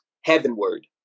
heavenward